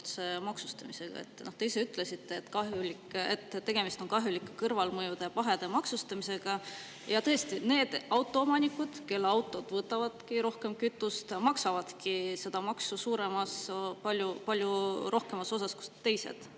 maksustamisega. Te ise ütlesite, et tegemist on kahjulike kõrvalmõjude ja pahede maksustamisega. Ja tõesti, need autoomanikud, kelle autod võtavadki rohkem kütust, maksavadki seda maksu teistest just kütuseaktsiisi